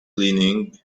cleaning